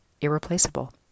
irreplaceable